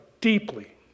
deeply